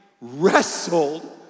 wrestled